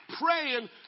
praying